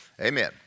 Amen